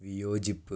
വിയോജിപ്പ്